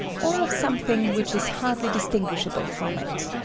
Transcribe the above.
or of something which is hardly distinguishable from it.